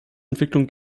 entwicklung